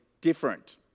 different